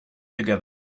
together